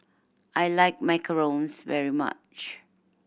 I like macarons very much